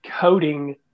coding